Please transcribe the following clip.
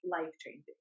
life-changing